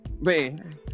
man